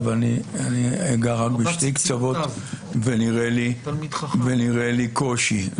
ואני אגע רק בשני קצוות ונראה לי שיש קושי.